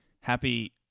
Happy